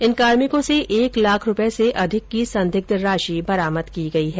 इन कार्मिकों से एक लाख से अधिक की संदिग्ध राशि बरामद की गई है